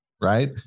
Right